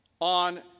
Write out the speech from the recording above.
on